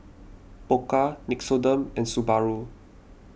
Pokka Nixoderm and Subaru